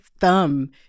thumb